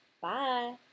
Bye